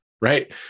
right